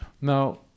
now